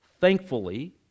thankfully